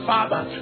Father